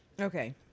Okay